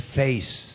face